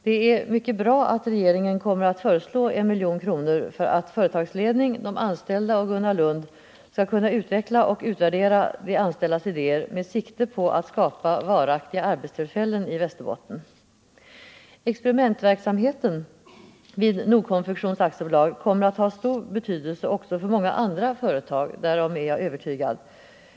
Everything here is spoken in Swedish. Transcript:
Det är mycket bra att regeringen kommer att föreslå 1 milj.kr. för att företagsledning, de anställda och Gunnar Lund skall kunna utveckla och utvärdera de anställdas idéer med sikte på att skapa varaktiga arbetstillfällen i Västerbotten. Experimentverksamheten vid Nord Konfektion AB kommer att ha stor betydelse också för många andra företag, därom är jag övertygad.